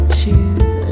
choose